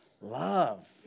love